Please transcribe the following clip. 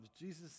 Jesus